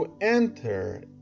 enter